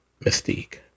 Mystique